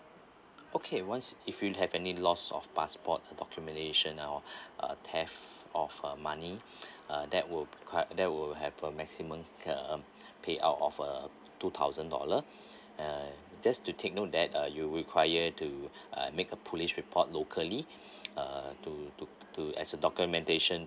okay once if you have any loss of passport documentation or uh theft of uh money uh that would quite that will have a maximum um pay out of uh two thousand dollar uh just to take note that uh you require to uh make a police report locally uh to to to as a documentation